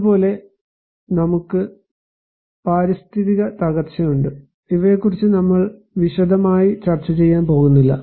അതുപോലെ നമുക്ക് പാരിസ്ഥിതിക തകർച്ചയുണ്ട് ഇവയെക്കുറിച്ച് നമ്മൾ വിശദമായി ചർച്ച ചെയ്യാൻ പോകുന്നില്ല